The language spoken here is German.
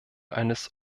eines